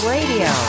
Radio